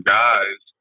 guys